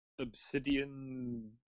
Obsidian